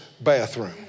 bathroom